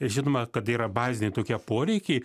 žinoma kad yra baziniai tokie poreikiai